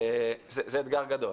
זה אתגר גדול.